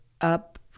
up